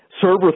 Server